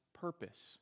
purpose